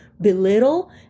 belittle